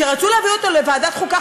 שרצו להעביר אותו לוועדת החוקה,